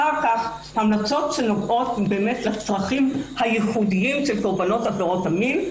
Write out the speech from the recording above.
אחר כך יש המלצות שנוגעות לצרכים הייחודיים של קורבנות עבירות המין.